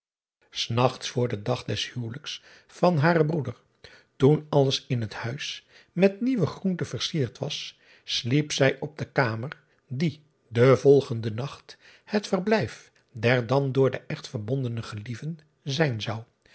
s achts voor den dag des huwelijks van haren broeder toen alles in het huis met nieuwe groente versierd was sliep zij op de kamer die den volgenden nacht het verblijf der dan door den echt verbondene gelieven zijn zou